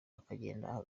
akagenda